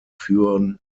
führen